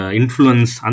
influence